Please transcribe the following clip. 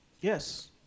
Yes